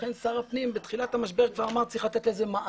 לכן שר הפנים בתחילת המשבר כבר אמר שצריך לתת לזה מענה.